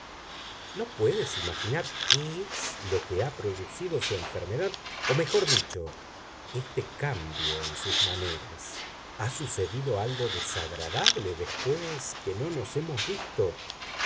no puedes imaginar qué es lo que ha producido su enfermedad o mejor dicho este cambio en sus maneras ha sucedido algo desagradable después que no nos hemos visto